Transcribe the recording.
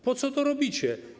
Po co to robicie?